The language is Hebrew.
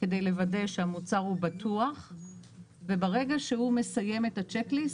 כדי לוודא שהמוצר הוא בטוח וברגע שהוא מסיים את הצ'ק ליסט,